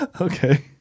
Okay